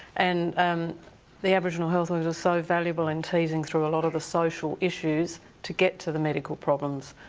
and um the aboriginal health workers are so valuable in teasing through a lot of the social issues to get to the medical problems.